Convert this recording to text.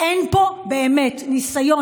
אין פה באמת ניסיון,